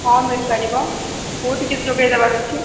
ହଁ ମିଳିପାରିବ କୋଉଠିକି ଯୋଗେଇ ଦେବାର ଅଛି